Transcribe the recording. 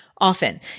often